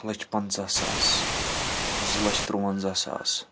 اَکھ لچھ پنژہ سَاس زٕ لچھ ترٛونزہ سَاس